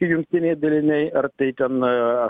jungtiniai daliniai ar tai ten